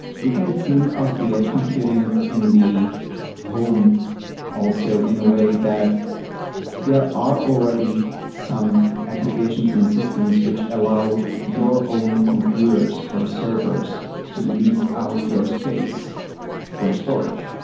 we can think of the edge computing in the home also in a way that there are already some applications and systems which allow your own computers or servers to lease out your space for storage,